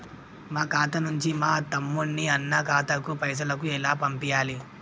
మా ఖాతా నుంచి మా తమ్ముని, అన్న ఖాతాకు పైసలను ఎలా పంపియ్యాలి?